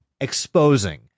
exposing